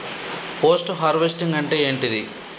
Post harvesting అంటే ఏంటిది?